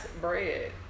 bread